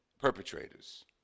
perpetrators